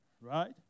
right